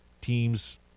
teams